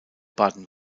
baden